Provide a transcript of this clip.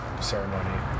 ceremony